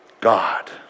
God